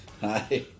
Hi